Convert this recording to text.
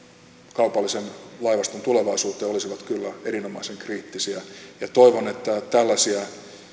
kaupallisen laivaston tulevaisuuteen olisivat kyllä erinomaisen kriittisiä toivon että tällaisia